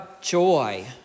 joy